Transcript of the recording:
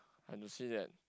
I want to say that